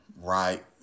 right